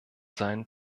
seinen